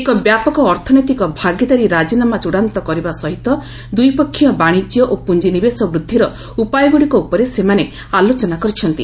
ଏକ ବ୍ୟାପକ ଅର୍ଥନୈତିକ ଭାଗିଦାରି ରାଜିନାମା ଚୂଡ଼ାନ୍ତ କରିବା ସହିତ ଦ୍ଧିପକ୍ଷୀୟ ବାଣିଜ୍ୟ ଓ ପୁଞ୍ଜିନିବେଶ ବୃଦ୍ଧିର ଉପାୟଗୁଡ଼ିକ ଉପରେ ସେମାନେ ଆଲୋଚନା କରିଛନ୍ତି